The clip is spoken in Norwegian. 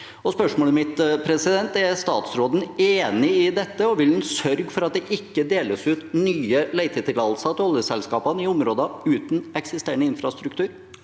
Spørsmålet mitt er: Er statsråden enig i dette, og vil han sørge for at det ikke deles ut nye letetillatelser til oljeselskapene i områder uten eksisterende infrastruktur?